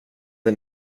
den